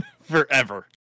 Forever